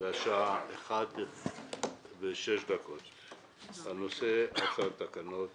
השעה היא 13:06. הנושא הוא תקנות